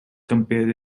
compared